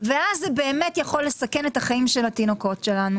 יבוא "לא מסכים".